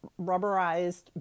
rubberized